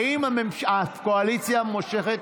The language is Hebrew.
האם הקואליציה מושכת?